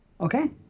Okay